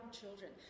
children